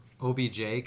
OBJ